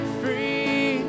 free